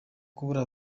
kubura